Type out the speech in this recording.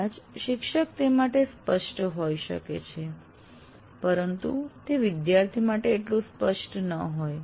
કદાચ શિક્ષક તે માટે સ્પષ્ટ હોઈ શકે છે પરંતુ તે વિદ્યાર્થી માટે એટલું સ્પષ્ટ ન હોય